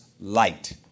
light